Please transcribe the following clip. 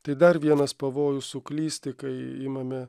tai dar vienas pavojus suklysti kai imame